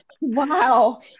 Wow